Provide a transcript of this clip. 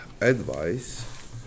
advice